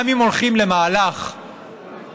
גם אם הולכים למהלך שבו